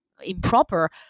improper